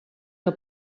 que